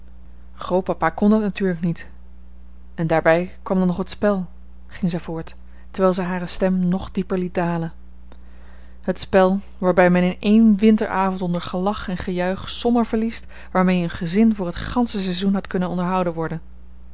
grootpapa kon dat natuurlijk niet en daarbij kwam dan nog het spel ging zij voort terwijl zij hare stem nog dieper liet dalen het spel waarbij men in één winteravond onder gelach en gejuich sommen verliest waarmee een gezin voor het gansche seizoen had kunnen onderhouden worden